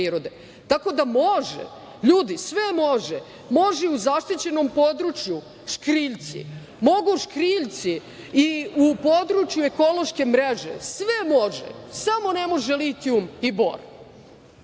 da, može. Ljudi, sve može. Može i u zaštićenom području škriljci, mogu škriljci i u području ekološke mreže. Sve može, samo ne može litijum i bor. Onda